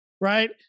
right